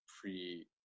pre